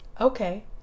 okay